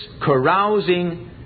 carousing